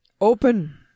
Open